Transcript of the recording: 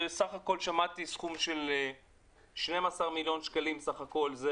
בסך הכול מדובר ב-12 מיליון שקלים חובות.